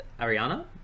Ariana